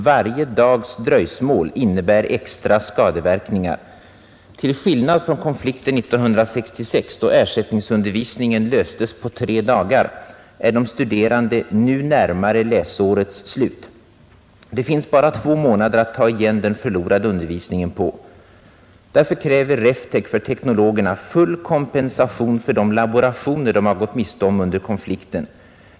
——— Varje dags dröjsmål innebär extra skadeverkningar ——— Till skillnad från konflikten 1966, då ersättningsundervisningen löstes på tre dagar, är de studerande nu närmare läsårets slut. Det finns bara två månader att ta igen den förlorade undervisningen på. Reftec kräver för teknologerna full kompensation för de laborationer de gått miste om under konflikten.